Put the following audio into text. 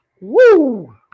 Woo